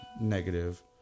negative